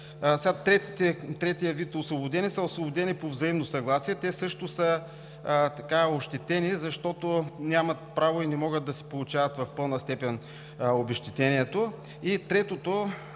Третият вид освободени са освободени по взаимно съгласие. Те също са ощетени, защото нямат право и не могат да си получават в пълна степен обезщетението. И следващото